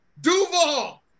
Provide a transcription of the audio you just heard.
Duval